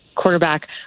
Quarterback